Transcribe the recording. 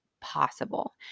possible